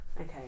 okay